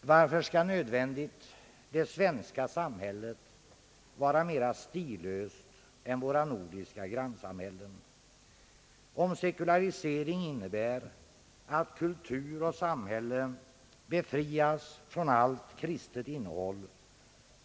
Varför skall då det svenska samhället vara mera stillöst än våra nordiska grannsamhällen? Om sekularisering innebär att kultur och samhälle befrias från allt kristligt innehåll,